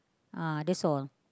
uh that's all